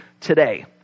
today